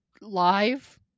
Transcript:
live